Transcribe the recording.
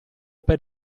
per